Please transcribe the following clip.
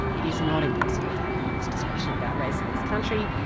it is not impossible to have an honest discussion about race in this country,